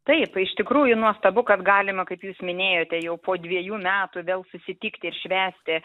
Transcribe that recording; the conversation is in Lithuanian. taip iš tikrųjų nuostabu kad galima kaip jūs minėjote jau po dviejų metų vėl susitikti ir švęsti